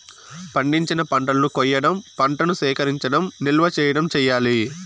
పండించిన పంటలను కొయ్యడం, పంటను సేకరించడం, నిల్వ చేయడం చెయ్యాలి